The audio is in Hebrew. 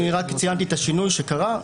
רק ציינתי את השינוי שקרה.